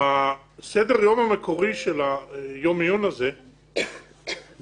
בסדר היום המקורי של יום העיון הזה דיברו